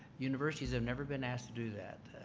universities have never been asked to do that.